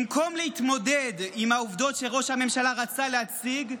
במקום להתמודד עם העובדות שראש הממשלה רצה להציג,